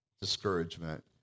Discouragement